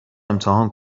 امتحان